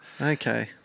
Okay